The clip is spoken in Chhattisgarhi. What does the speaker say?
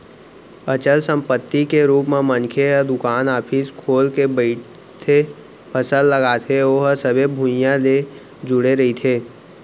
अचल संपत्ति के रुप म मनखे ह दुकान, ऑफिस खोल के बइठथे, फसल लगाथे ओहा सबे भुइयाँ ले जुड़े रहिथे